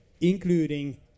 including